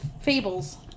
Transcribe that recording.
Fables